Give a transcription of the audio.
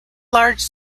large